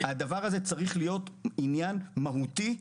הדבר הזה צריך להיות עניין מהותי,